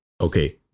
Okay